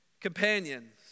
companions